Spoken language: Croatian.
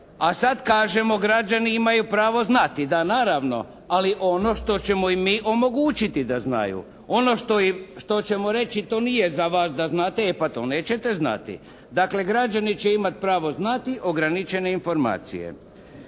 A sad kažemo građani imaju pravo znati. Da, naravno, ali ono što ćemo im mi omogućiti da znaju. Ono što ćemo reći to nije za vas da znate e pa to nećete znati. Dakle građani će imati pravo znati ograničene informacije.